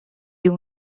you